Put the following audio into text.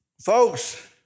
Folks